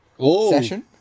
session